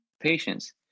patients